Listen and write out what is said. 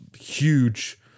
huge